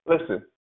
listen